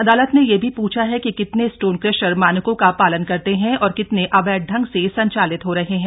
अदालत ने यह भी पूछा है कि कितने स्टोन क्रशर मानकों का पालन करते हैं और कितने अवैध ांग से संचालित हो रहे हैं